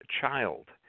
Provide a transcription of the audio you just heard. child